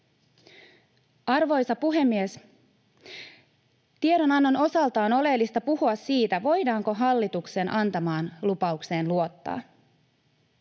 Arvoisa puhemies! Tiedonannon osalta on oleellista puhua siitä, voidaanko hallituksen antamaan lupaukseen luottaa.